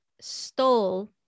stole